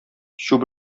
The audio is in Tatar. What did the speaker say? чүп